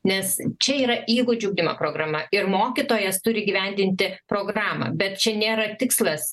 nes čia yra įgūdžių ugdymo programa ir mokytojas turi įgyvendinti programą bet čia nėra tikslas